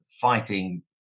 fighting